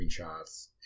screenshots